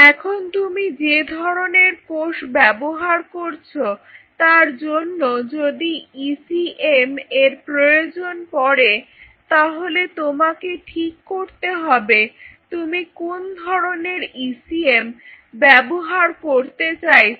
এখন তুমি যে ধরনের কোষ ব্যবহার করছ তার জন্য যদি ECM এর প্রয়োজন পড়ে তাহলে তোমাকে ঠিক করতে হবে তুমি কোন ধরনের ECM ব্যবহার করতে চাইছ